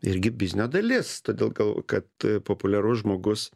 irgi biznio dalis todėl gal kad populiarus žmogus